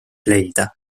leida